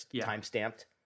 time-stamped